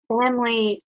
family